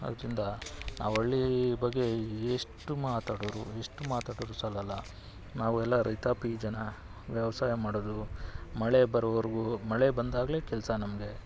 ಆದ್ದರಿಂದ ನಾವು ಹಳ್ಳಿ ಬಗ್ಗೆ ಎಷ್ಟು ಮಾತಾಡಿದ್ರೂ ಎಷ್ಟು ಮಾತಾಡಿದ್ರೂ ಸಾಲಲ್ಲ ನಾವೆಲ್ಲ ರೈತಾಪಿ ಜನ ವ್ಯವಸಾಯ ಮಾಡೋದು ಮಳೆ ಬರೋವರೆಗೂ ಮಳೆ ಬಂದಾಗಲೇ ಕೆಲಸ ನಮಗೆ